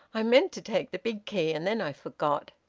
i meant to take the big key, and then i forgot.